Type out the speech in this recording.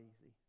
easy